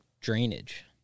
drainage